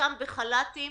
חלקם בחל"תים,